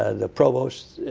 ah the provost